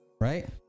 right